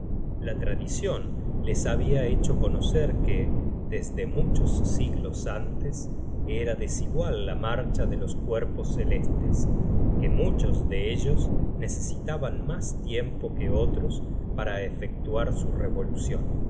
la tradicion les habia hecho conocer que desde muchos siglos antes era desigual la marcha de los cuerpos celestes que muchos de ellos necesitaban mas tiempo que otros para efectuar su revolucion